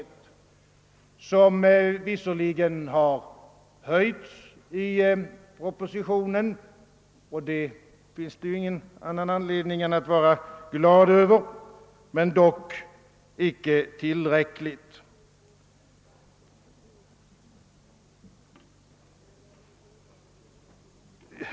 Det anslaget har visserligen höjts i propositionen, och man har ingen anledning att vara annat än glad över det, men det har inte höjts tillräckligt.